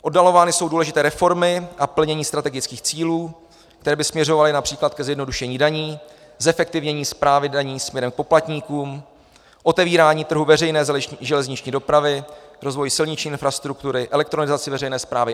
Oddalovány jsou důležité reformy a plnění strategických cílů, které by směřovaly například ke zjednodušení daní, zefektivnění správy daní směrem k poplatníkům, otevírání trhů veřejné železniční dopravy, rozvoj silniční infrastruktury, elektronizaci veřejné správy.